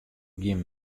gjin